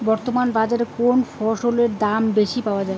বর্তমান বাজারে কোন ফসলের দাম বেশি পাওয়া য়ায়?